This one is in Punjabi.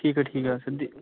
ਠੀਕ ਆ ਠੀਕ ਆ ਸਿੱਧੀ